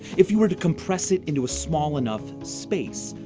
if you were to compress it into a small enough space.